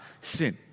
sin